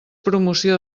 promoció